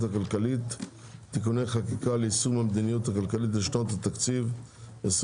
הכלכלית (תיקוני חקיקה ליישום המדיניות הכלכלית לשנות התקציב 2023